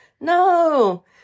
No